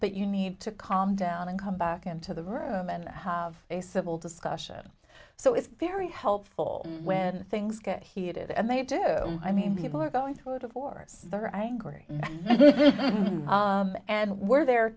that you need to calm down and come back into the room and have a civil discussion so it's very helpful when things get heated and they do i mean people are going to go to for their angry and we're there